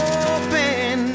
open